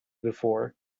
before